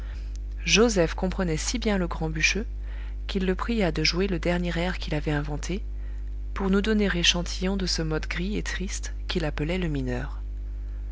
joseph comprenait si bien le grand bûcheux qu'il le pria de jouer le dernier air qu'il avait inventé pour nous donner échantillon de ce mode gris et triste qu'il appelait le mineur